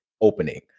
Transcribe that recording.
opening